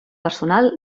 personal